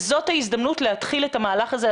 זאת ההזדמנות להתחיל את המהלך הזה.